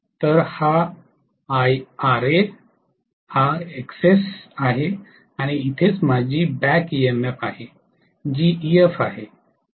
तर हा Ra हा Xs आहे आणि इथेच माझी बॅक ईएमएफ आहे जी Ef आहे